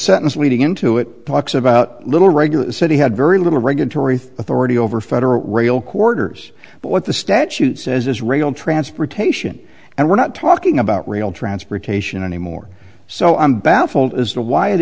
sentence leading into it talks about little regular city had very little regulatory authority over federal rail quarters but what the statute says is rail transportation and we're not talking about rail transportation anymore so i'm baffled as to why it